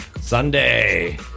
Sunday